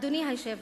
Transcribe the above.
אדוני היושב-ראש,